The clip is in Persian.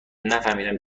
نفهمیدم